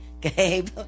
Gabe